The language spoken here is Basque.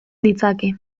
ditzake